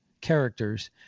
characters